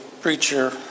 preacher